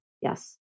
Yes